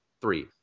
Three